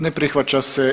Ne prihvaća se.